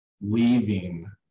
leaving